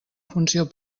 funció